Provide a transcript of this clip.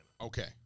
Okay